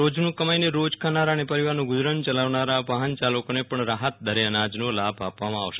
રોજનું કમાઇને રોજ ખાનારા અને પરિવારનું ગુજરાન ચલાવનારા વાહન ચાલકોને પણ રાહત દરે અનાજનો લાભ આપવામાં આવશે